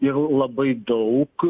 ir labai daug